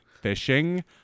fishing